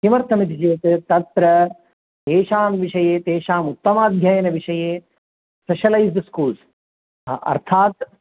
किमर्थमिति चेत् तत्र तेषां विषये तेषाम् उत्तमाध्ययनविषये स्पेशलैस् स्कूल्स् अर्थात्